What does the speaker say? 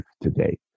today